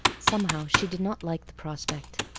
somehow she did not like the prospect.